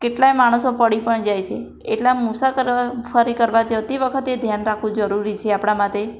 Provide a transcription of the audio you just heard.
કેટલાય માણસો પડી પણ જાય છે એટલા મુસા કરવા ફરી કરવા જતી વખતે ધ્યાન રાખવું જરૂરી છે આપણા માટે